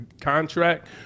contract